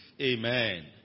amen